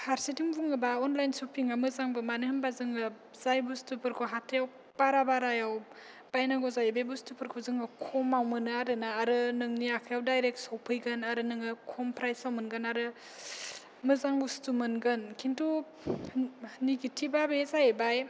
फारसेथिं बुङोबा अनलाइन सपिङा मोजांबो मानो होनोबा जोङो जाय बुसथुफोरखौ हाथाइयाव बारा बारायाव बायनांगौ जायो बे बुसथुफोरखौ जोङो खमाव मोनो आरोना आरो नोंनि आखाइयाव दाइरेक्ट सफैगोन आरो नोङो खम प्राइसाव मोनगोन आरो नोङो मोजां बुसथु मोनगोन खिन्थु नेगेटिबा बे जाहैबाय